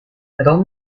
ron